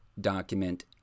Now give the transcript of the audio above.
document